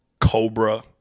Cobra